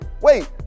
Wait